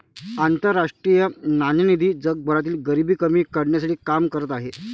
आंतरराष्ट्रीय नाणेनिधी जगभरातील गरिबी कमी करण्यासाठी काम करत आहे